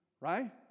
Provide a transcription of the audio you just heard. Right